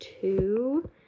two